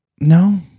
No